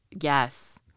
Yes